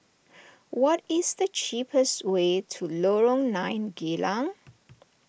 what is the cheapest way to Lorong nine Geylang